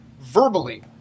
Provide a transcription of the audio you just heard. verbally